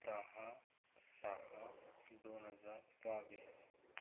दहा सहा दोन हजार बावीस